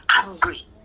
angry